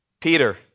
Peter